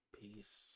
peace